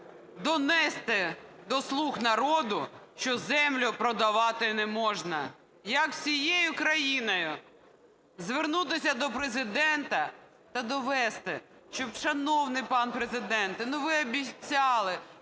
донести до "слуг народу", що землю продавати не можна. Як всією країною звернутися до Президента та довести, що: "Шановний пане Президент, ви обіцяли,